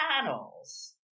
panels